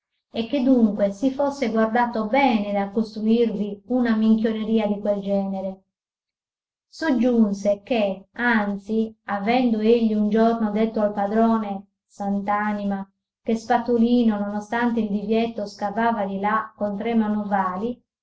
e che dunque si fosse guardato bene dal costruirvi una minchioneria di quel genere soggiunse che anzi avendo egli un giorno detto al padrone sant'anima che spatolino non ostante il divieto scavava di là con